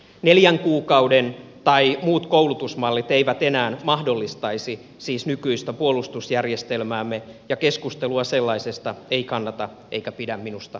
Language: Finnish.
neljän kuukauden tai muut koulutusmallit eivät enää mahdollistaisi siis nykyistä puolustusjärjestelmäämme ja keskustelua sellaisesta ei kannata eikä pidä minusta enää jatkaa